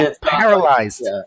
paralyzed